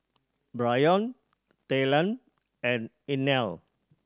Bryon Talen and Inell